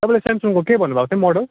तपाईँले स्यामसङको के भन्नुभएको थियो मोडल